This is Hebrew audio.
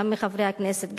גם מחברי הכנסת,